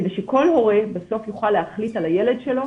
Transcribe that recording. כדי שכל הורה בסוף יוכל להחליט על הילד שלו